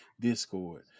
discord